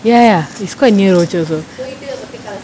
ya ya ya it's quite near rochor also